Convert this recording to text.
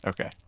Okay